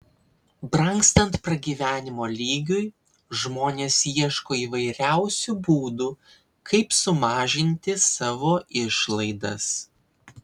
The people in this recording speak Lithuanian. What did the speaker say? brangstant pragyvenimo lygiui žmonės ieško įvairiausių būdų kaip sumažinti savo išlaidas